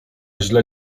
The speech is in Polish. źle